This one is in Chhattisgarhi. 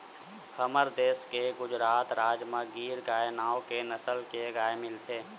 हमर देस के गुजरात राज म गीर गाय नांव के नसल के गाय मिलथे